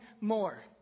more